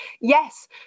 yes